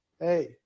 Hey